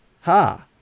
ha